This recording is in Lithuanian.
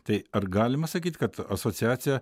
tai ar galima sakyt kad asociacija